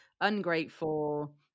ungrateful